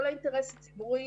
לא לאינטרס הציבורי